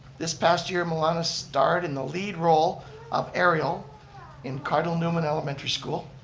this past year, melana starred in the lead role of ariel in cardinal newman elementary school,